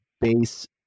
base